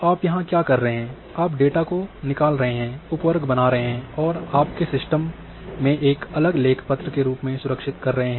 आप यहाँ क्या कर रहे हैं आप डेटा को निकल रहे है उपवर्ग बना रहे है और आपके सिस्टम में एक अलग लेख पत्र के रूप में सुरक्षित कर रहे हैं